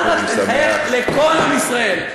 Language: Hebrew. אל, רק תחייך לכל עם ישראל.